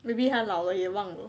maybe 他老了也忘了